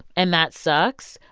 and that sucks,